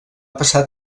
passar